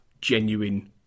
genuine